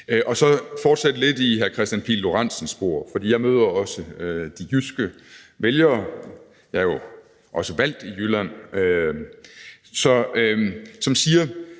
jeg fortsætte lidt i hr. Kristian Pihl Lorentzens spor, for jeg møder også de jyske vælgere – jeg er jo også valgt i Jylland – som siger: